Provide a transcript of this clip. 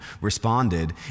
responded